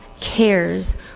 cares